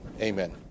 amen